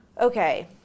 Okay